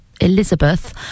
Elizabeth